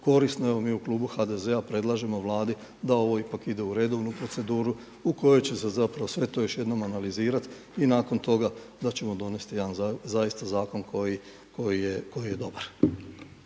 korisno, evo mi u klubu HDZ-a predlažemo Vladi da ovo ipak ide u redovnu proceduru u kojoj će se zapravo sve to još jednom analizirat i nakon toga da ćemo donesti jedan zaista zakon koji je dobar.